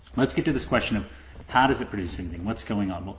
let's get to this question of how does it produce anything. what's going on? well,